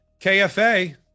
KFA